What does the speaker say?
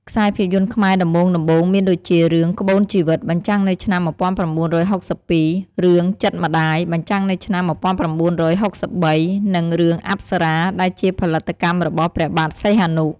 ខ្សែភាពយន្តខ្មែរដំបូងៗមានដូចជា រឿង"ក្បូនជីវិត" បញ្ចាំងនៅឆ្នាំ១៩៦២ រឿង"ចិត្តម្ដាយ" បញ្ចាំងនៅឆ្នាំ១៩៦៣ និង រឿង"អប្សរា"ដែលជាផលិតកម្មរបស់ព្រះបាទសីហនុ។